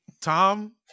Tom